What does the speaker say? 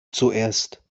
zuerst